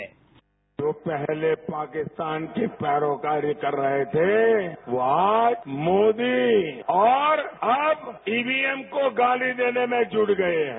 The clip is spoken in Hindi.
बाईट जो पहले पाकिस्तान की पैरोकारी कर रहे थे वो आज मोदी और अब ईवीएम को गाली देने में जुड़ गए हैं